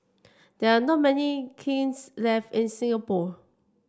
there are not many kilns left in Singapore